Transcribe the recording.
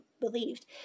believed